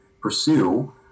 pursue